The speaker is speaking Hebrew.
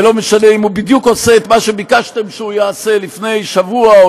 ולא משנה אם הוא בדיוק עושה את מה שביקשתם שהוא יעשה לפני שבוע,